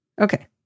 Okay